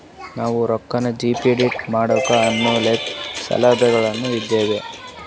ನಾವು ರೊಕ್ಕನಾ ಡಿಪಾಜಿಟ್ ಮಾಡ್ಲಿಕ್ಕ ಆನ್ ಲೈನ್ ಸೌಲಭ್ಯಗಳು ಆದಾವೇನ್ರಿ?